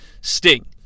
Sting